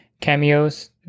cameos